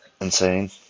Insane